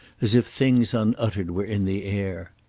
as if things unuttered were in the air.